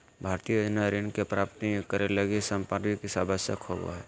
भारतीय योजना ऋण के प्राप्तं करे लगी संपार्श्विक आवश्यक होबो हइ